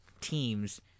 teams